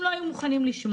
הם לא היו מוכנים לשמוע.